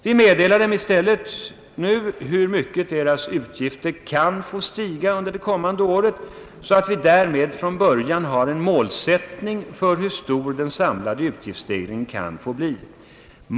Vi meddelar dem i stället nu hur mycket deras utgifter kan få stiga under det kommande året, så att vi därmed från början har en målsättning för hur stor den samlade utgiftsstegringen kan få bli.